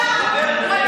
זה בסדר.